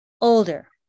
older